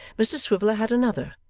mr swiveller had another,